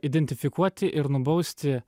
identifikuoti ir nubausti